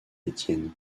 étienne